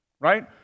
right